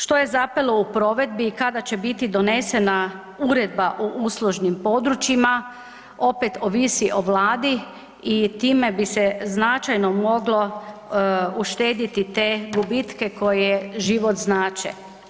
Što je zapelo u provedbi i kada će biti donesena uredba o uslužnim područjima opet ovisi o Vladi i time bi se značajno moglo uštedjeti te gubitke koje život znače.